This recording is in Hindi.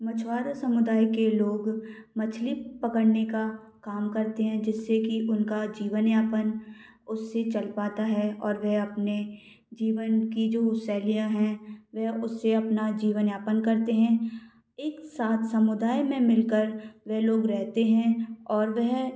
मछुआरा समुदाय के लोग मछली पकड़ने का काम करते हैं जिससे कि उनका जीवन यापन उससे चल पाता है और वह अपने जीवन की जो शैलियाँ हैं वह उससे अपना जीवन यापन करते हैं एक साथ समुदाय में मिलकर वे लोग रहते हैं और वह